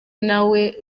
nawe